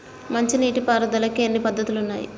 మంచి నీటి పారుదలకి ఎన్ని పద్దతులు ఉన్నాయి?